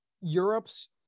Europe's